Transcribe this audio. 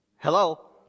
Hello